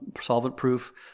solvent-proof